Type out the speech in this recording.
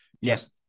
yes